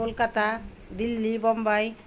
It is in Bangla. কলকাতা দিল্লি বম্বাই